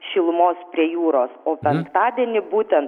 šilumos prie jūros o penktadienį būtent